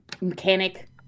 mechanic